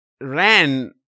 ran